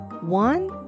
one